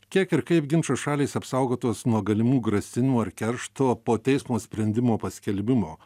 kiek ir kaip ginčo šalys apsaugotos nuo galimų grasinimų ar keršto po teismo sprendimo paskelbimo